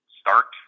start